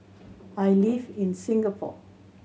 I live in Singapore